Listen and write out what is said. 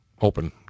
open